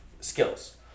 skills